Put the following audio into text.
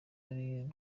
kabiri